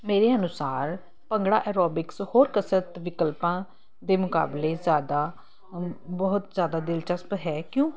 ਮੇਰੇ ਅਨੁਸਾਰ ਭੰਗੜਾ ਐਰੋਬਿਕਸ ਹੋਰ ਕਸਰਤ ਵਿਕਲਪਾਂ ਦੇ ਮੁਕਾਬਲੇ ਜ਼ਿਆਦਾ ਬਹੁਤ ਜ਼ਿਆਦਾ ਦਿਲਚਸਪ ਹੈ ਕਿਉਂਕਿ